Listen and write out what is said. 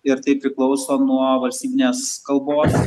ir tai priklauso nuo valstybinės kalbos